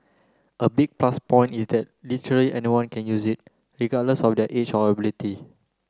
a big plus point is that literally anyone can use it regardless of their age or ability